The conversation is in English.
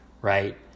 right